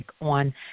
on